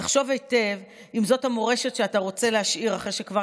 תחשוב היטב אם זאת המורשת שאתה רוצה להשאיר אחרי שכבר